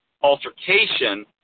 altercation